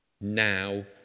Now